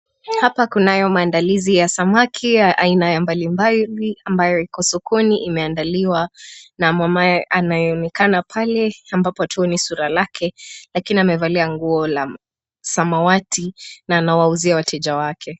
Hapa kunayo maandalizi ya samaki ya aina ya mbali mbali ambayo iko sokoni imeadaliwa na mamaye anayeonekana pale ambapo hatuoni sura lake, lakini amevalia nguo la samawati na anawauzia wateja wake.